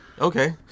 Okay